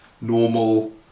normal